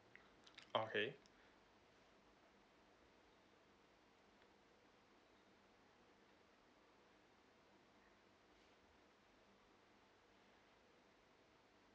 okay